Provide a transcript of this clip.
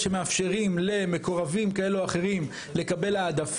אירוע הילולת רבי שמעון בר יוחאי בהר מירון) (הוראת שעה),